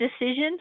decision